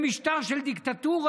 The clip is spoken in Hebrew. במשטר של דיקטטורה,